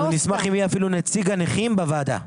אנחנו נשמח אם יהיה אפילו נציג הנכים בוועדה,